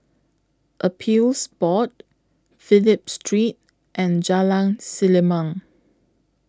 Appeals Board Phillip Street and Jalan Selimang